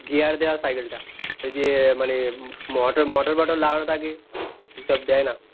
gear দেওয়া সাইকেলটা ওই যে মানে মোটর মোটর বটর লাগানো থাকে এই সব দেয় না